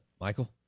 Michael